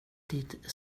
det